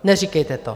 Neříkejte to!